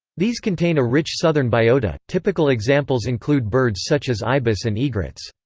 these contain a rich southern biota typical examples include birds such as ibis and egrets.